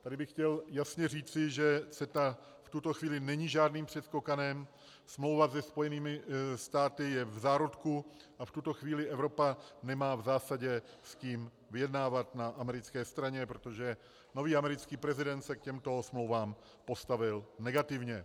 Tady bych chtěl jasně říci, že CETA v tuto chvíli není žádným předskokanem, smlouva se Spojenými státy je v zárodku a v tuto chvíli Evropa nemá v zásadě s kým vyjednávat na americké straně, protože nový americký prezident se k těmto smlouvám postavil negativně.